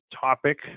topic